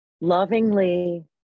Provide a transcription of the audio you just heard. lovingly